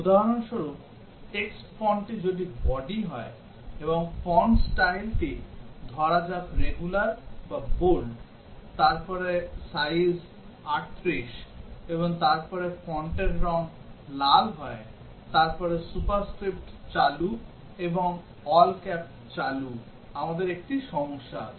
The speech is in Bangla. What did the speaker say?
উদাহরণস্বরূপ text fontটি যদি body হয় এবং font style টি ধরা যাক রেগুলার বা বোল্ড তারপরে সাইজ 38 এবং তারপরে ফন্টের রঙ লাল হয় তারপরে সুপারস্ক্রিপ্ট চালু এবং all cap চালু আমাদের একটি সমস্যা আছে